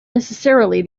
necessarily